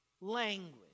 language